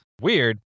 weird